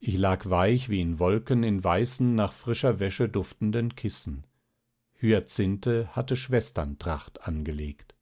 ich lag weich wie in wolken in weißen nach frischer wäsche duftenden kissen hyacinthe hatte schwesterntracht angelegt